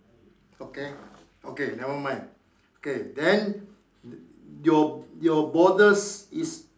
okay okay never mind okay then your your borders is